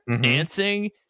dancing